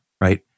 right